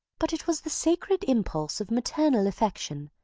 but it was the sacred impulse of maternal affection,